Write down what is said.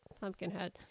Pumpkinhead